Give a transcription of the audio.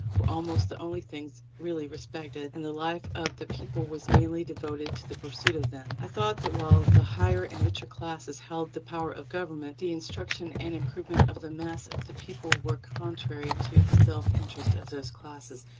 were almost the only things really respected, and the life of the people was mainly devoted to the pursuit of them. i thought, that while the higher and richer classes held the power of government, the instruction and improvement of the mass of the people were contrary to the self-interest of those classes,